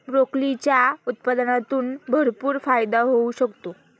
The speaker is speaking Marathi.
ब्रोकोलीच्या उत्पादनातून भरपूर फायदा होऊ शकतो